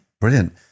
Brilliant